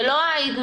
זה לא לאפשר,